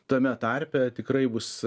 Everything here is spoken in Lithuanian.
tame tarpe tikrai bus